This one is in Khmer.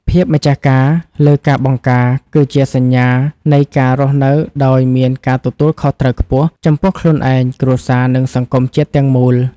ភាពម្ចាស់ការលើការបង្ការ គឺជាសញ្ញានៃការរស់នៅដោយមានការទទួលខុសត្រូវខ្ពស់ ចំពោះខ្លួនឯង គ្រួសារ និងសង្គមជាតិទាំងមូល។